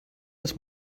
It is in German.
das